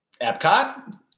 Epcot